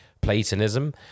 Platonism